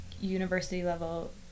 university-level